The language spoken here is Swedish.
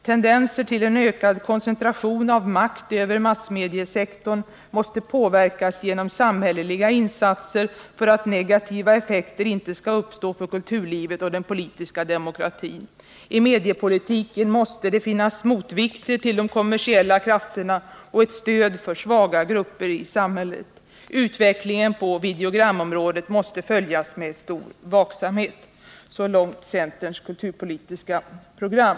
Tendenser till en ökad koncentration av makt över massmediesektorn måste påverkas genom samhälleliga insatser för att negativa effekter inte skall uppstå för kulturlivet och den politiska demokratin. I mediepolitiken måste det finnas motvikter till de kommersiella krafterna och ett stöd för svaga grupper i samhället. Utvecklingen på videogramområdet måste följas med stor vaksamhet.” Så långt centerns kulturpolitiska program.